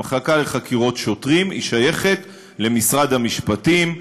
המחלקה לחקירות שוטרים שייכת למשרד המשפטים,